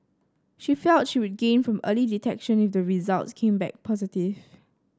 she felt she would gain from early detection if the results came back positive